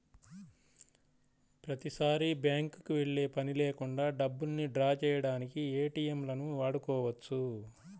ప్రతిసారీ బ్యేంకుకి వెళ్ళే పని లేకుండా డబ్బుల్ని డ్రా చేయడానికి ఏటీఎంలను వాడుకోవచ్చు